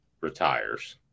retires